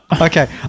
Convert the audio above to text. Okay